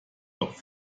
doch